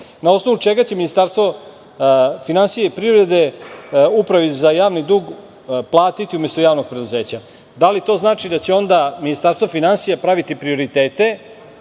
na osnovu čega će Ministarstvo finansija i privrede Upravi za Javni dug platiti umesto javnog preduzeća. Da li to znači da će onda Ministarstvo praviti prioritete,